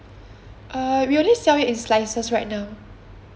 uh we only sell it in slices right now